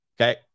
Okay